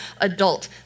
adult